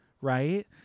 Right